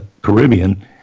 Caribbean